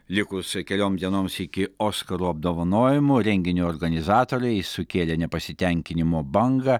likus kelioms dienoms iki oskarų apdovanojimo renginio organizatoriai sukėlė nepasitenkinimo bangą